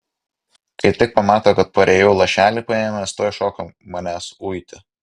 kai tik pamato kad parėjau lašelį paėmęs tuoj šoka manęs uiti